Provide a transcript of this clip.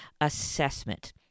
assessment